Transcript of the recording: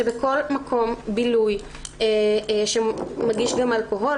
שבכל מקום בילוי שמגיש גם אלכוהול,